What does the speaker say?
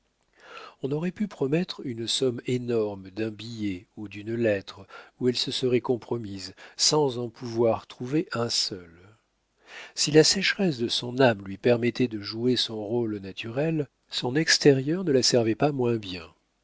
on aurait pu promettre une somme énorme d'un billet ou d'une lettre où elle se serait compromise sans en pouvoir trouver un seul si la sécheresse de son âme lui permettait de jouer son rôle au naturel son extérieur ne la servait pas moins bien